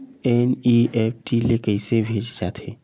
NEFT ले कइसे भेजे जाथे?